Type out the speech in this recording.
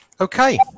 Okay